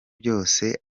byose